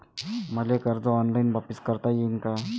मले कर्ज ऑनलाईन वापिस करता येईन का?